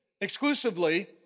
exclusively